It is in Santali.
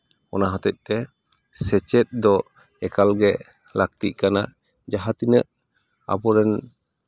ᱚᱱᱟ ᱦᱚᱛᱮᱜ ᱛᱮ ᱥᱮᱪᱮᱫ ᱫᱚ ᱮᱠᱟᱞ ᱜᱮ ᱞᱟᱹᱠᱛᱤᱜ ᱠᱟᱱᱟ ᱡᱟᱦᱟᱸ ᱛᱤᱱᱟᱹᱜ ᱟᱵᱚ ᱨᱮᱱ